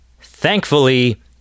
thankfully